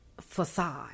facade